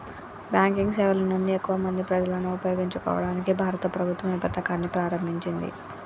Banking సేవల నుండి ఎక్కువ మంది ప్రజలను ఉపయోగించుకోవడానికి భారత ప్రభుత్వం ఏ పథకాన్ని ప్రారంభించింది?